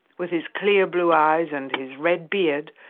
with his clear blue eyes and his red beard,